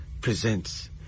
presents